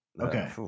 Okay